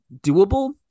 doable